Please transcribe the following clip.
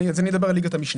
אני אדבר על ליגת המשנה.